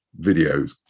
videos